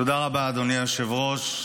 תודה רבה, אדוני היושב-ראש.